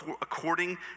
according